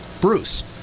Bruce